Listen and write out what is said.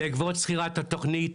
בעקבות סגירת התוכנית,